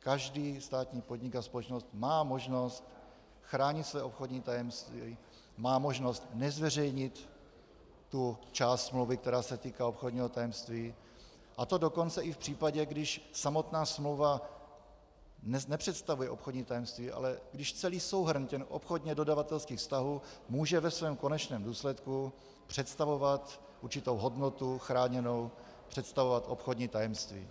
Každý státní podnik a společnost má možnost chránit své obchodní tajemství, má možnost nezveřejnit tu část smlouvy, která se týká obchodního tajemství, a to dokonce i v případě, když samotná smlouva nepředstavuje obchodní tajemství, ale když celý souhrn obchodně dodavatelských vztahů může ve svém konečném důsledku představovat určitou chráněnou hodnotu, představovat obchodní tajemství,